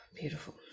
Beautiful